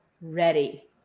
ready